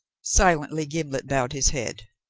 silently gimblet bowed his head,